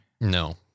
No